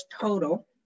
total